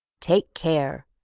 take care!